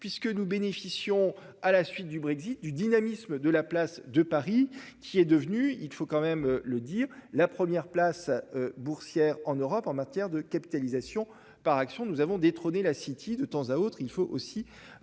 puisque nous bénéficions à la suite du Brexit du dynamisme de la place de Paris qui est devenu, il faut quand même le dire, la première place boursière en Europe en matière de capitalisation par action nous avons détrôné la City de temps à autre il faut aussi.